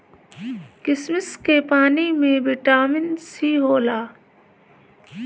किशमिश के पानी में बिटामिन सी होला